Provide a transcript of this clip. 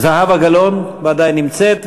זהבה גלאון ודאי נמצאת,